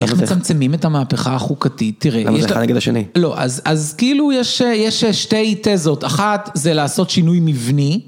איך מצמצמים את המהפכה החוקתית, תראה. למה זה אחד נגד השני? לא, אז כאילו יש שתי תזות, אחת זה לעשות שינוי מבני.